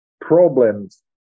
problems